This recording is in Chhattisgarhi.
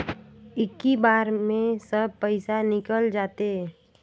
इक्की बार मे सब पइसा निकल जाते?